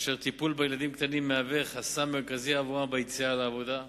אשר טיפול בילדים קטנים מהווה חסם מרכזי עבורן ביציאה לעבודה.